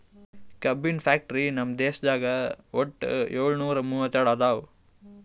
ಕಬ್ಬಿನ್ ಫ್ಯಾಕ್ಟರಿ ನಮ್ ದೇಶದಾಗ್ ವಟ್ಟ್ ಯೋಳ್ನೂರಾ ಮೂವತ್ತೆರಡು ಅದಾವ್